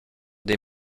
des